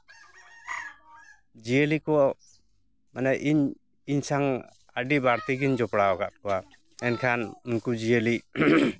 ᱡᱤᱭᱟᱹᱞᱤ ᱠᱚ ᱢᱟᱱᱮ ᱤᱧ ᱥᱟᱝ ᱟᱹᱰᱤ ᱵᱟᱹᱲᱛᱤ ᱜᱮᱧ ᱡᱚᱯᱲᱟᱣᱟᱠᱟᱫ ᱠᱚᱣᱟ ᱢᱮᱱᱠᱷᱟᱱ ᱩᱱᱠᱩ ᱡᱤᱭᱟᱹᱞᱤ